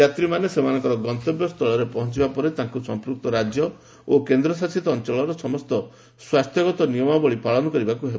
ଯାତ୍ରୀମାନେ ସେମାନଙ୍କ ଗନ୍ତବ୍ୟ ସ୍ଥଳରେ ପହଞ୍ଚିବା ପରେ ତାଙ୍କୁ ସମ୍ପ୍ରକ୍ତ ରାଜ୍ୟ ଓ କେନ୍ଦ୍ରଶାସିତ ଅଞ୍ଚଳର ସମସ୍ତ ସ୍ୱାସ୍ଥ୍ୟଗତ ନିୟମାବଳୀ ପାଳନ କରିବାକୁ ହେବ